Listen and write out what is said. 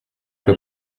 que